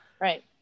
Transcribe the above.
Right